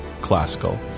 Classical